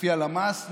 לפי הלמ"ס,